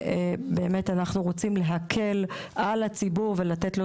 אנחנו רוצים להקל על הציבור ולתת לו